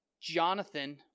jonathan